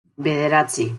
bederatzi